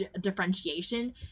differentiation